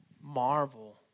marvel